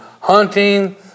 hunting